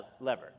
lever